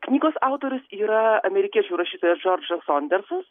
knygos autorius yra amerikiečių rašytojas džordžas sondersas